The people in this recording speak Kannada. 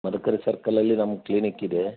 ಮದಕರಿ ಸರ್ಕಲಲ್ಲಿ ನಮ್ಮ ಕ್ಲಿನಿಕ್ ಇದೆ